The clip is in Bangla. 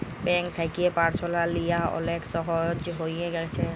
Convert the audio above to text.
ব্যাংক থ্যাকে পারসলাল লিয়া অলেক ছহজ হঁয়ে গ্যাছে